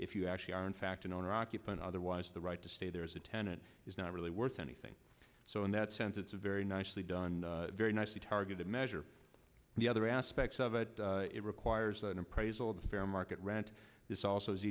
if you actually are in fact an owner occupant otherwise the right to stay there is a tenant is not really worth anything so in that sense it's a very nicely done very nicely targeted measure the other aspects of it it requires an appraisal of the fair market rent this also